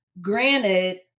granted